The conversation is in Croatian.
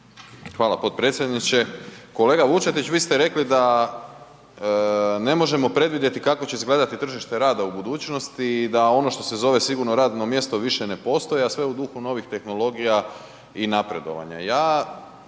Hvala potpredsjedniče. Kolega Vučetić, vi ste rekli da ne možemo predvidjeti kako će izgledati tržište rada u budućnosti i da ono što se zove sigurno radno mjesto više ne postoji, a sve u duhu novih tehnologija i napredovanja.